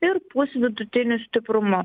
ir pūs vidutiniu stiprumu